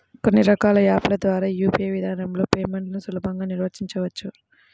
కొన్ని రకాల యాప్ ల ద్వారా యూ.పీ.ఐ విధానంలో పేమెంట్లను సులభంగా నిర్వహించవచ్చు